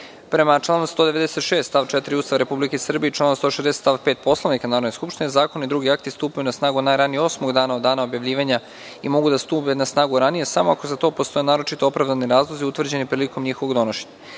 članu 196. stav 4. Ustava Republike Srbije i članu 160. stav 5. Poslovnika Narodne skupštine zakoni i drugi opšti akti stupaju na snagu najranije osmog dana od dana objavljivanja i mogu da stupe na snagu ranije samo ako za to postoje naročito opravdani razlozi utvrđeni prilikom njihovog donošenja. Stavljam